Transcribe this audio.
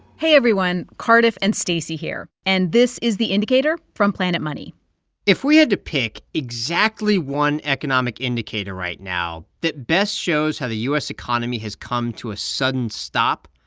hey, everyone. cardiff and stacey here. and this is the indicator from planet money if we had to pick exactly one economic indicator right now that best shows how the u s. economy has come to a sudden stop,